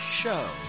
show